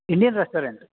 Indian restaurant